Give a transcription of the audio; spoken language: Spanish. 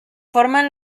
forman